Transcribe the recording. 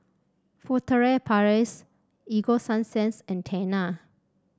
Furtere Paris Ego Sunsense and Tena